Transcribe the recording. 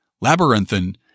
labyrinthine